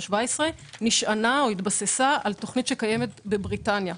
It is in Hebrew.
ב-2017 התבססה על תוכנית שקיימת בבריטניה.